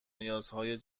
نیازهای